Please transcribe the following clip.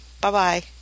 Bye-bye